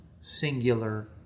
singular